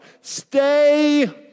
stay